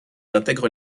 intègre